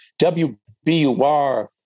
WBUR